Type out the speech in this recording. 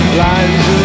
lines